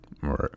right